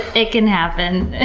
it can happen.